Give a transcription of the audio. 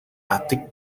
arctic